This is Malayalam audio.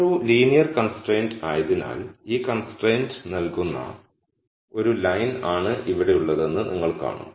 ഇതൊരു ലീനിയർ കൺസ്ട്രയിന്റ് ആയതിനാൽ ഈ കൺസ്ട്രയിന്റ് നൽകുന്ന ഒരു ലൈൻ ആണ് ഇവിടെയുള്ളതെന്ന് നിങ്ങൾ കാണും